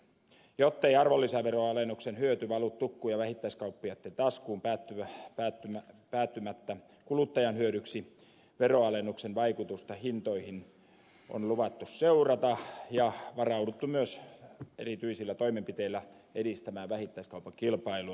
jottei arvonlisäveroalennuksen hyöty valu tukku ja vähittäiskauppiaitten taskuun päätymättä kuluttajan hyödyksi veronalennuksen vaikutusta hintoihin on luvattu seurata ja varauduttu myös erityisillä toimenpiteillä edistämään vähittäiskaupan kilpailua